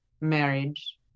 marriage